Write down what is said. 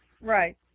Right